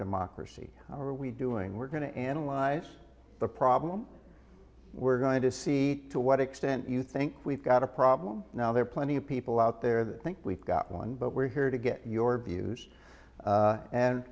democracy are we doing we're going to analyze the problem we're going to see to what extent you think we've got a problem now there are plenty of people out there that think we've got one but we're here to get your views